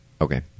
Okay